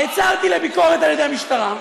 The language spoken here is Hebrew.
נעצרתי לביקורת על ידי המשטרה.